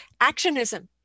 actionism